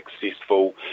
successful